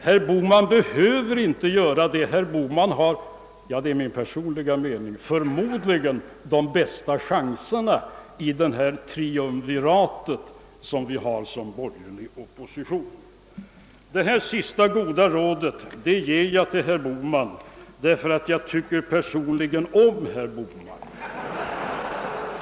Herr Bohman behöver inte göra det, eftersom högern har, herr Bohman — det är min personliga mening — förmodligen de bästa chanserna i det borgerliga triumvirat som utgör opposition. Det sista goda rådet ger jag till herr Bohman därför att jag personligen tycker om herr Bohman.